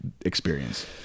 experience